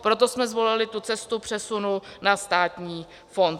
Proto jsme zvolili tu cestu přesunu na státní fond.